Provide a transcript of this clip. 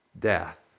death